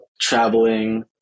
traveling